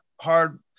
hard